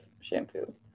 shampoo